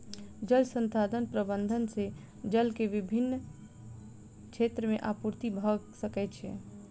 जल संसाधन प्रबंधन से जल के विभिन क्षेत्र में आपूर्ति भअ सकै छै